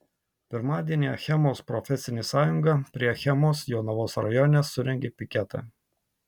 pirmadienį achemos profesinė sąjunga prie achemos jonavos rajone surengė piketą